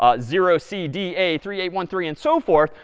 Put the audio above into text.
ah zero c d a three eight one three and so forth.